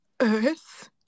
earth